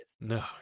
No